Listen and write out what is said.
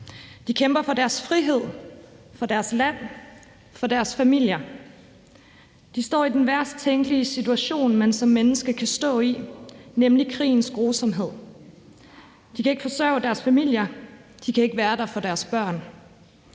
De kæmper for deres frihed, for deres land, for deres familier. De står i den værst tænkelige situation, man som menneske kan stå i, nemlig krigens grusomhed. De kan ikke forsørge deres familier, de kan ikke være der for deres børn,